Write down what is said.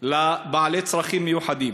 לבעלי צרכים מיוחדים,